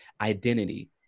identity